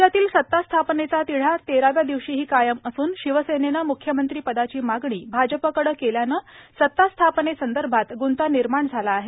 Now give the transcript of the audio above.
राज्यातील सत्ता स्थापनेचा तिढा तेराव्या दिवशीही कायम असून शिवसेनेन म्ख्यमंत्री पदाची मागणी भाजपकडे केल्यानं सत्ता स्थापनेसंदर्भात ग्ंता निर्माण झाला आहे